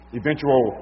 eventual